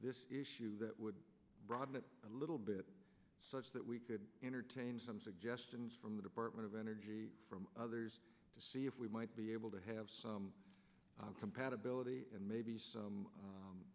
that would broaden it a little bit such that we could entertain some suggestions from the department of energy from others to see if we might be able to have some compatibility and maybe some